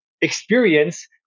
experience